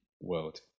world